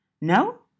No